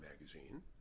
magazine